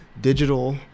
digital